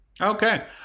Okay